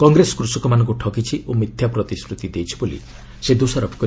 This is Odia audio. କଂଗ୍ରେସ କୃଷକମାନଙ୍କୁ ଠକିଛି ଓ ମିଥ୍ୟା ପ୍ରତିଶ୍ରତି ଦେଇଛି ବୋଲି ସେ ଦୋଷାରୋପ କରିଛନ୍ତି